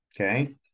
okay